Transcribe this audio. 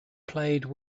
played